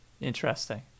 Interesting